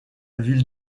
ville